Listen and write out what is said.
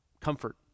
comfort